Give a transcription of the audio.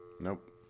Nope